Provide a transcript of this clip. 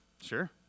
Sure